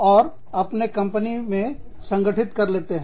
और अपने कंपनी में संगठित कर लेते हैं